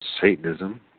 Satanism